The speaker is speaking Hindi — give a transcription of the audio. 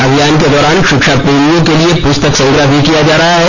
अभियान के दौरान के शिक्षा प्रेमियों के लिए पुस्तक संग्रह भी किया जा रहा है